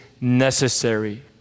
necessary